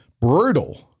brutal